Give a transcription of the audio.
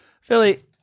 philly